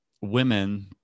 women